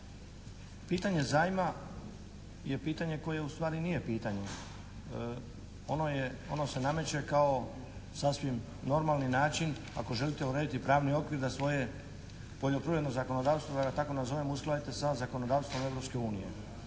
Pitanje zajma je pitanje koje u stvari nije pitanje, ono se nameće kao sasvim normalni način ako želite urediti pravni okvir da svoje poljoprivredno zakonodavstvo da ga tako nazovem uskladite sa zakonodavstvom